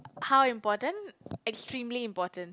how important extremely important